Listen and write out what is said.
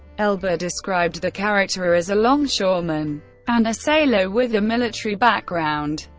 elba described the character as a longshoreman and a sailor, with a military background.